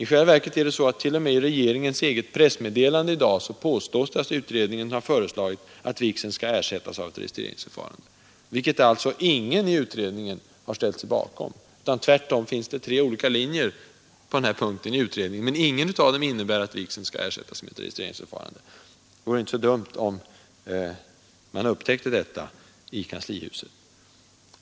I själva verket påstås det i regeringens eget pressmeddelande i dag, att utredningen har föreslagit att vigseln skall ersättas av ett registreringsförfarande, något som alltså ingen i utredningen har ställt sig bakom. Tvärtom finns det på detta avsnitt tre olika linjer i utredningen, av vilka ingen innebär att vigseln skall ersättas av ett registreringsförfarande. Det vore inte så dumt om man upptäckte detta i kanslihuset.